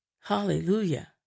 Hallelujah